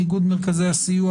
איגוד מרכזי הסיוע,